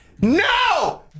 No